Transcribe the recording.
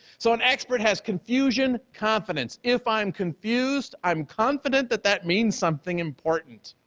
so an expert has confusion confidence. if i'm confused, i'm confident that that means something important.